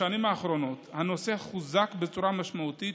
בשנים האחרונות הנושא חוזק בצורה משמעותית,